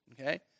Okay